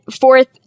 fourth